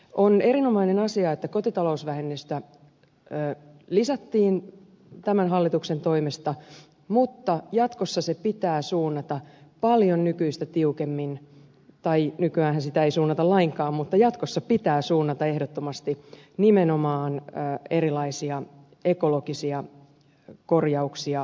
on erinomainen asia että kotitalousvähennystä lisättiin tämän hallituksen toimesta mutta jatkossa se pitää suunnata paljon nykyistä tiukemmin tai nykyäänhän sitä ei suunnata lainkaan mutta jatkossa pitää suunnata ehdottomasti nimenomaan erilaisia ekologisia korjauksia varten